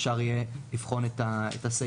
אפשר יהיה לבחון את הסעיף.